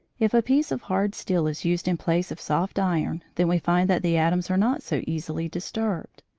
if a piece of hard steel is used in place of soft iron, then we find that the atoms are not so easily disturbed,